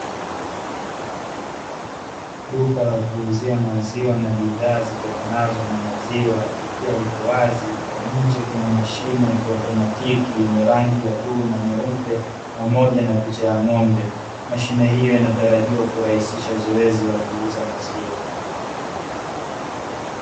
Duka la Bidhaa zitokanazo na maziwa, likiwa lipo wazi Kuna mashine ya kiotomatiki yenye rangi ya pamoja na picha ya ngombe, mashine hiyo yanatarajiwa kurahisisha zoezi la kuuza maziwa.